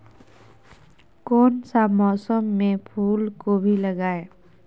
कौन सा मौसम में फूलगोभी लगाए?